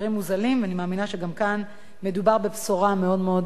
אני מאמינה שגם כאן מדובר בבשורה מאוד מאוד טובה.